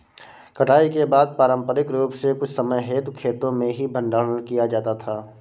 कटाई के बाद पारंपरिक रूप से कुछ समय हेतु खेतो में ही भंडारण किया जाता था